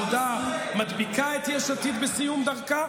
אגב, מפלגת העבודה מדביקה את יש עתיד בסיום דרכה?